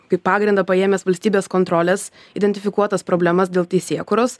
kaip pagrindą paėmęs valstybės kontrolės identifikuotas problemas dėl teisėkūros